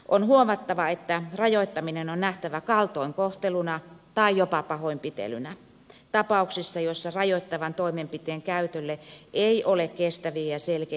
on huomattava että rajoittaminen on nähtävä kaltoinkohteluna tai jopa pahoinpitelynä tapauksissa joissa rajoittavan toimenpiteen käytölle ei ole kestäviä ja selkeitä perusteluja